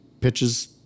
pitches